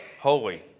holy